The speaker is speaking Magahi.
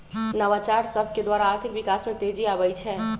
नवाचार सभकेद्वारा आर्थिक विकास में तेजी आबइ छै